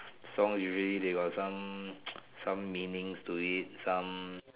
songs is really they got some meanings to it some